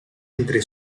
entre